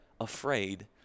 afraid